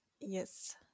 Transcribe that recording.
Yes